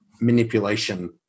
manipulation